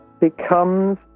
becomes